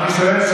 המשנה ליועמ"ש,